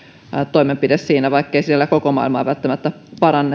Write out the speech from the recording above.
toimenpide vaikkei sillä koko maailmaa välttämättä